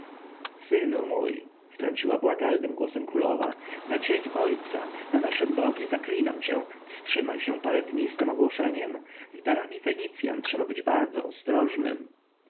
synu mój wtrąciła błagalnym głosem królowa na cień ojca na nasze bogi zaklinam cię wstrzymaj się parę dni z tem ogłoszeniem z darami fenicjan trzeba być bardzo ostrożnym